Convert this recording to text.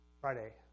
Friday